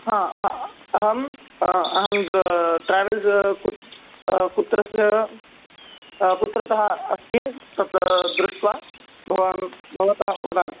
हा अहं अहं दुरा ट्रेवेल् दुर कुत्र स्य कुत्रतः अस्ति तत् दृष्ट्वा भवान् भवतः वदामि